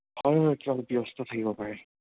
অঁ কিবা ব্যস্ত থাকিব পাৰে